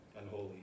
unholy